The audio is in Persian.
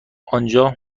آنجا